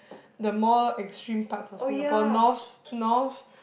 the more extreme parts of Singapore north north